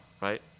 right